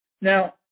Now